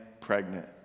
pregnant